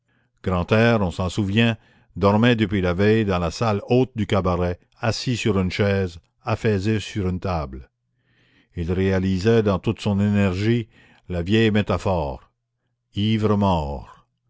grantaire on s'en souvient dormait depuis la veille dans la salle haute du cabaret assis sur une chaise affaissé sur une table il réalisait dans toute son énergie la vieille métaphore ivre mort